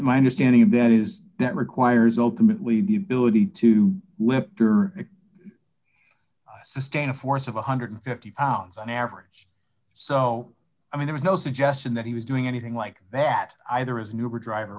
my understanding of that is that requires ultimately the ability to sustain a force of one hundred and fifty pounds on average so i mean there is no suggestion that he was doing anything like that either as new driver